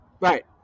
Right